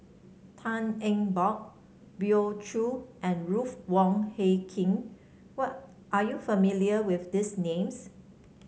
Tan Eng Bock Hoey Choo and Ruth Wong Hie King what are you familiar with these names